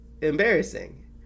embarrassing